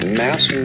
mass